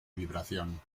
vibración